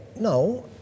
no